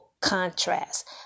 contrast